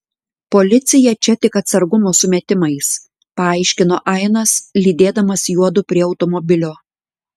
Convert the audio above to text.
policija čia tik atsargumo sumetimais paaiškino ainas lydėdamas juodu prie automobilio